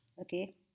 Okay